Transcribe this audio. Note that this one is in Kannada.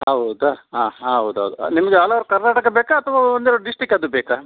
ಹೌದಾ ಹಾಂ ಹೌದು ಹೌದು ನಿಮ್ಗೆ ಆಲ್ ಓವರ್ ಕರ್ನಾಟಕ ಬೇಕಾ ಅಥವಾ ಒಂದೆರಡು ಡಿಸ್ಟಿಕ್ ಆದ್ರೂ ಬೇಕಾ